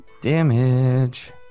Damage